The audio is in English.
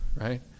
right